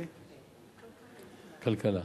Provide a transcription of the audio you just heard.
כלכלה.